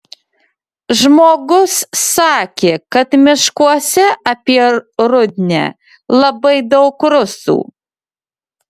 žmogus sakė kad miškuose apie rudnią labai daug rusų